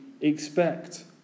expect